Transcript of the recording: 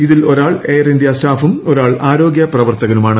ഇതിൽ ഒരാൾ Air India സ്റ്റാഫും ഒരാൾ ആരോഗ്യ പ്രവർത്തകനുമാണ്